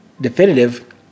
definitive